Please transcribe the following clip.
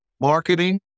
Marketing